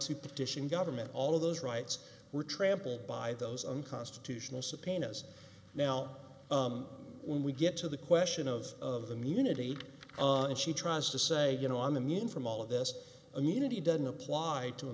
to petition government all of those rights were trampled by those unconstitutional subpoenas now when we get to the question of of the munity and she tries to say you know on immune from all of this immunity doesn't apply to a